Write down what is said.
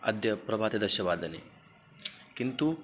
अद्य प्रभाते दशवादने किन्तु